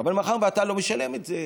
אבל מאחר שאתה לא משלם את זה,